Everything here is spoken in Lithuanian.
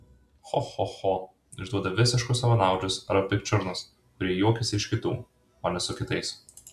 cho cho cho išduoda visiškus savanaudžius arba pikčiurnas kurie juokiasi iš kitų o ne su kitais